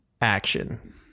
action